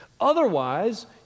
Otherwise